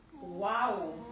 Wow